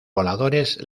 voladores